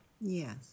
Yes